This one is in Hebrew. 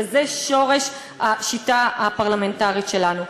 וזה שורש השיטה הפרלמנטרית שלנו.